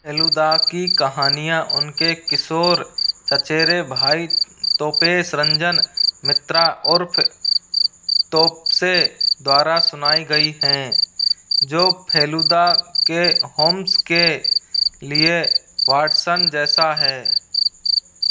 फेलु दा की कहानियाँ उनके किसोर चचेरे भाई तपेशरंजन मित्रा उर्फ़ तोप्से द्वारा सुनाई गई हैं जो फेलु दा के होम्स के लिए वाटसन जैसा है